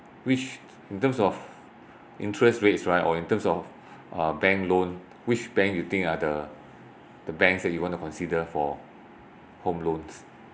which in terms of interest rates right or in terms of uh bank loan which bank you think are the the banks that you want to consider for home loans